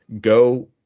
go